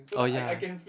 oh ya